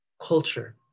culture